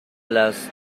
las